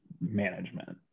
management